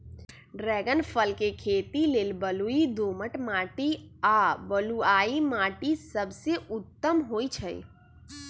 dragon फल के खेती लेल बलुई दोमट माटी आ बलुआइ माटि सबसे उत्तम होइ छइ